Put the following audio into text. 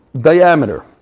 diameter